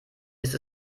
ist